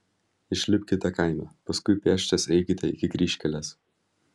išlipkite kaime paskui pėsčias eikite iki kryžkelės